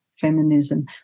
feminism